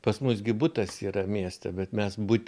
pas mus gi butas yra mieste bet mes but